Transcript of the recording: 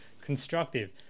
constructive